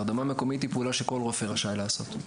הרדמה מקומית היא פעולה שכל רופא רשאי לעשות.